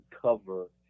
cover